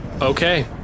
Okay